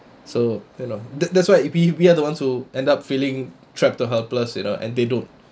so you know that that's why we we are the ones who end up feeling trapped helpless you know and they don't